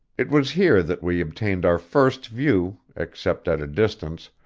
it was here that we obtained our first view, except at a distance,